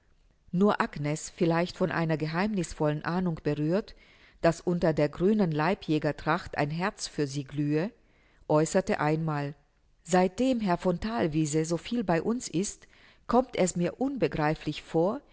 nur agnes vielleicht von einer geheimnißvollen ahnung berührt daß unter der grünen leibjäger tracht ein herz für sie glühe äußerte einmal seitdem herr von thalwiese so viel bei uns ist kommt es mir unbegreiflich vor